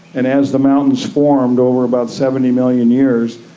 and as the mountains formed over about seventy million years,